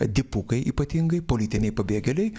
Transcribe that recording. dipukai ypatingai politiniai pabėgėliai